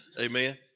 amen